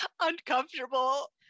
uncomfortable